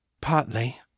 Partly